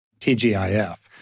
TGIF